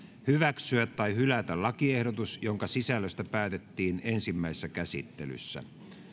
hyväksyä tai hylätä lakiehdotus jonka sisällöstä päätettiin ensimmäisessä käsittelyssä